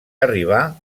arribar